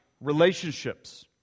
relationships